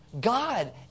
God